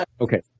Okay